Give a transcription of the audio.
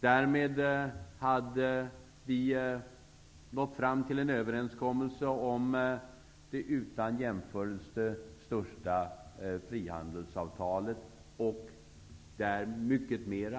Därmed hade vi nått fram till en överenskommelse om det utan jämförelse största frihandelsavtalet och mycket mer.